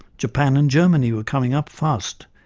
japan and germany were coming up fast,